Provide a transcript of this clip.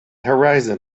horizon